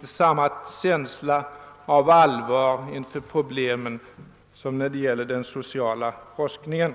och samma allvar inför problemen som när det gäller den sociala forskningen.